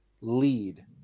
lead